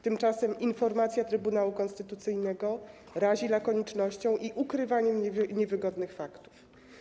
Tymczasem informacja Trybunału Konstytucyjnego razi lakonicznością i ukrywaniem niewygodnych faktów.